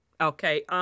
Okay